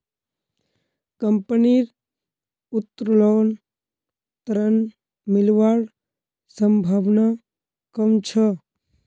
कंपनीर उत्तोलन ऋण मिलवार संभावना कम छ